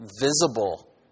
visible